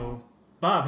Bob